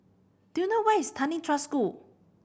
do you know where is Tanglin Trust School